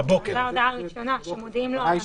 זו ההודעה הראשונה, שמודיעים לו על השיק.